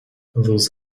those